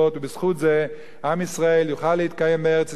ובזכות זה עם ישראל יוכל להתקיים בארץ-ישראל